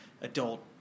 adult